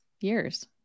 years